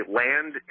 land